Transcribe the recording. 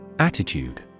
Attitude